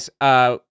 Guys